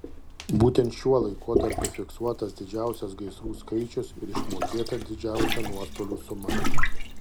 būtent šiuo laikotarpiu fiksuotas didžiausias gaisrų skaičius ir išmokėta didžiausia nuostolių suma